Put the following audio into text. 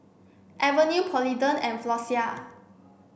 Avene Polident and Floxia